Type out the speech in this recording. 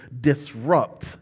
disrupt